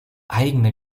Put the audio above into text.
eigene